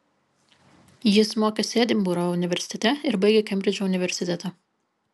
jis mokėsi edinburgo universitete ir baigė kembridžo universitetą